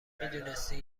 میدونستید